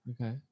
okay